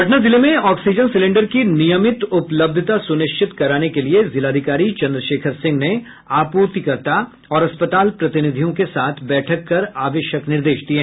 पटना जिले में oxygen cylinder की नियमित उपलब्धता सुनिश्चित कराने के लिये जिलाधिकारी चंद्रशेखर सिंह ने आपूर्तिकर्ता और अस्पताल प्रतिनिधियों के साथ बैठक कर आवश्यक निर्देश दिये